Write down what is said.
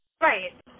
Right